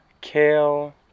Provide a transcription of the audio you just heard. kale